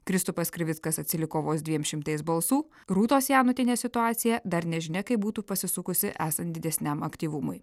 kristupas krivickas atsiliko vos dviem šimtais balsų rūtos janutienės situacija dar nežinia kaip būtų pasisukusi esant didesniam aktyvumui